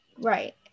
right